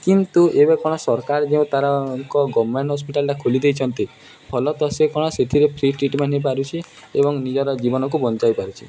କିନ୍ତୁ ଏବେ କ'ଣ ସରକାର ଯେଉଁ ତା'ର ଏକ ଗଭର୍ଣ୍ଣମେଣ୍ଟ୍ ହସ୍ପିଟାଲ୍ଟା ଖୋଲିଦେଇଛନ୍ତି ଫଳତଃ ସେ କ'ଣ ସେଥିରେ ଫ୍ରି ଟ୍ରିଟ୍ମେଣ୍ଟ୍ ହୋଇପାରୁଛି ଏବଂ ନିଜର ଜୀବନକୁ ବଞ୍ଚାଇପାରୁଛି